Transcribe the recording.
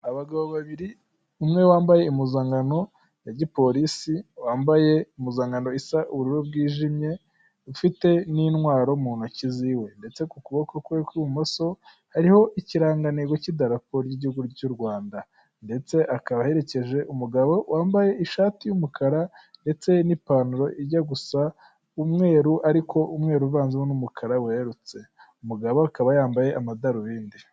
Abagabo babiri umwe wambaye impuzankano ya gipolisi, wambaye impuzankano is’ubururu bwijimye ufite n'intwaro mu ntoki ziwe, ndetse ku kuboko kwe kw'ibumoso hariho ikirangantego cy'idarapo ry'igihugu cy'U Rwanda, ndetse akaba aherekeje umugabo wambaye ishati y'umukara ndetse n'ipantaro ijya gusa umweru ,ariko umweru uvanzemo n'umukara werurutse, umugabo akaba yambaye amadarubindi.